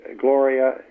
Gloria